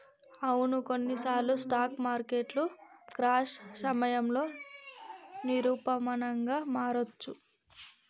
అవును కొన్నిసార్లు స్టాక్ మార్కెట్లు క్రాష్ సమయంలో నిరూపమానంగా మారొచ్చు